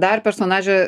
dar personaže